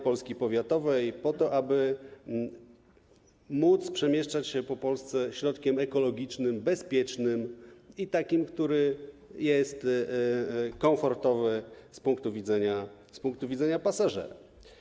Polski powiatowej, po to aby móc przemieszczać się po Polsce środkiem ekologicznym, bezpiecznym i takim, który jest komfortowy z punktu widzenia pasażera.